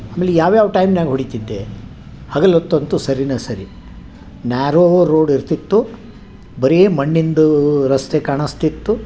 ಆಮೇಲೆ ಯಾವ್ಯಾವ ಟೈಮ್ನಾಗ್ ಹೊಡೀತಿದ್ದೆ ಹಗಲು ಹೊತ್ತಂತೂ ಸರಿನೇ ಸರಿ ನ್ಯಾರೋ ರೋಡ್ ಇರ್ತಿತ್ತು ಬರೀ ಮಣ್ಣಿಂದು ರಸ್ತೆ ಕಾಣಿಸ್ತಿತ್ತು